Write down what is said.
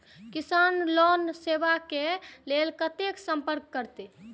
किसान लोन लेवा के लेल कते संपर्क करें?